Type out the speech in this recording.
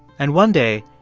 and one day,